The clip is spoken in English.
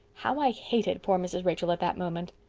how i hated poor mrs. rachel at that moment!